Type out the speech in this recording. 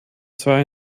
zwar